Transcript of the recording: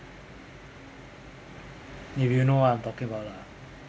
if you know what I'm talking about lah